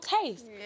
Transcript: taste